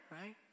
right